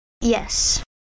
Yes